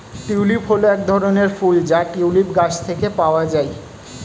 tulip হল এক ধরনের ফুল যা টিউলিপ গাছ থেকে পাওয়া যায়